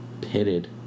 pitted